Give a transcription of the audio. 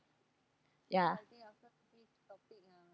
ya